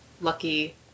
lucky